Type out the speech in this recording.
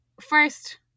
first